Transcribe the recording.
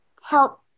help